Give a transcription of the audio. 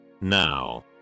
Now